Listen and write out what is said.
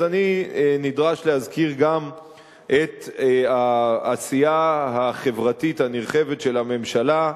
אני נדרש להזכיר גם את העשייה החברתית הנרחבת של הממשלה,